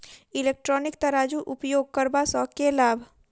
Electronic तराजू उपयोग करबा सऽ केँ लाभ?